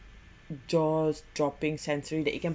jaws dropping censoring that you can